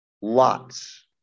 Lots